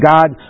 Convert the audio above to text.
God